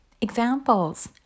Examples